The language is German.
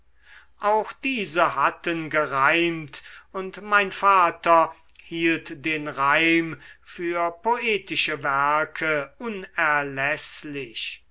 alle diese hatten gereimt und mein vater hielt den reim für poetische werke unerläßlich